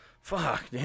Fuck